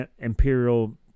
Imperial